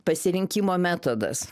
pasirinkimo metodas